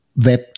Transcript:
Web